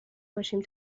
باشیم